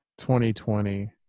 2020